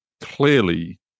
clearly